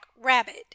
rabbit